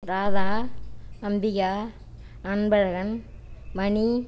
Radha Ambika Anbazhagan மணி